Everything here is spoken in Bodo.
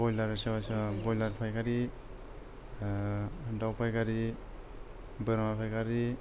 ब्रइलार सोरबा सोरबा बइलार फायखारि दाव फायखारि बोरमा फायखारि